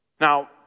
Now